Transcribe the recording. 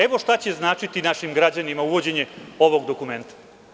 Evo šta će značiti našim građanima uvođenje ovog dokumenta.